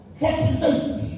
forty-eight